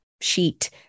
sheet